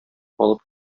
алып